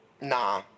Nah